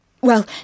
Well